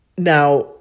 Now